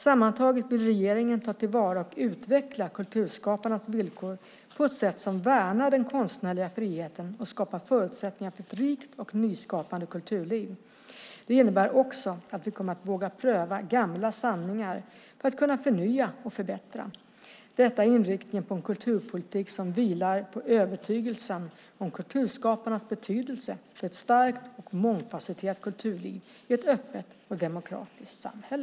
Sammantaget vill regeringen ta till vara och utveckla kulturskaparnas villkor på ett sätt som värnar den konstnärliga friheten och skapar förutsättningar för ett rikt och nyskapande kulturliv. Det innebär också att vi kommer att våga pröva gamla sanningar för att kunna förnya och förbättra. Detta är inriktningen på en kulturpolitik som vilar på övertygelsen om kulturskaparnas betydelse för ett starkt och mångfasetterat kulturliv i ett öppet och demokratiskt samhälle.